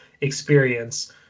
experience